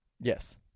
Yes